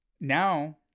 Now